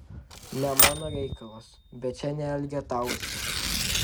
ne mano reikalas bet čia neelgetausi